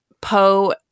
Poe